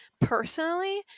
personally